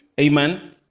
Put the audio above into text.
amen